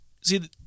see